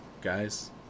guys